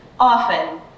often